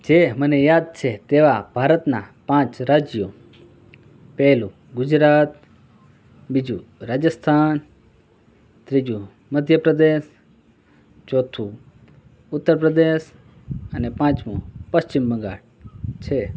જે મને યાદ છે તેવા ભારતના પાંચ રાજ્યો પહેલું ગુજરાત બીજું રાજસ્થાન ત્રીજુ મધ્યપ્રદેશ ચોથું ઉત્તરપ્રદેશ અને પાંચમું પશ્ચીમ બંગાળ છે